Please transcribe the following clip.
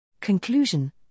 Conclusion